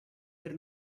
per